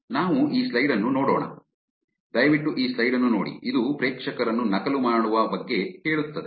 ನಾವು ಈ ಸ್ಲೈಡ್ ಅನ್ನು ನೋಡೋಣ ದಯವಿಟ್ಟು ಈ ಸ್ಲೈಡ್ ಅನ್ನು ನೋಡಿ ಇದು ಪ್ರೇಕ್ಷಕರನ್ನು ನಕಲು ಮಾಡುವ ಬಗ್ಗೆ ಹೇಳುತ್ತದೆ